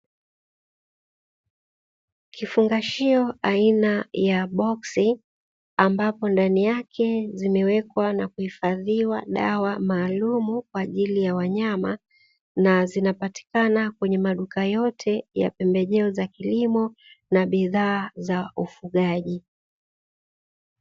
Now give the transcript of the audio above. Kifungashio aina ya boksi ambapo ndani yake zimewekwa na kuhifadhiwa dawa maalumu kwa ajili ya wanyama, na zinapatikana kwenye maduka yote ya pembejeo za kilimo na bidhaa za ufugaji.